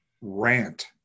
rant